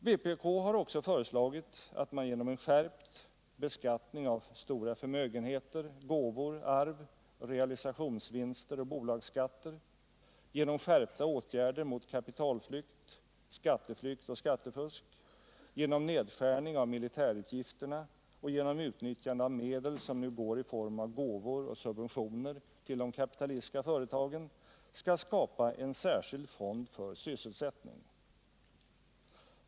Vpk har också föreslagit att man genom en skärpt beskattning av stora förmögenheter, gåvor, arv och realisationsvinster samt höjda bolagsskatter, genom skärpta åtgärder mot kapitalflykt, skatteflykt och skattefusk, genom nedskärning av militärutgifterna och genom utnyttjande av medel som nu går i form av gåvor och subventioner till de kapitalistiska företagen skall skapa en särskild fond för sysselsättning.